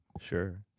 Sure